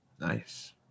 Nice